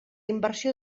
inversió